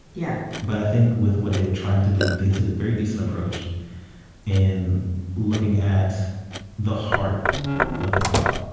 yeah but i think, with what they were trying to do, they took a very decent approach in looking at the heart of hip-hop,